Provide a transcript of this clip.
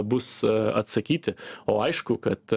bus atsakyti o aišku kad